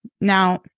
Now